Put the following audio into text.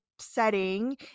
setting